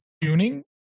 tuning